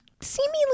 seemingly